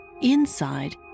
inside